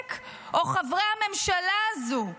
לנשק או חברי הממשלה הזאת?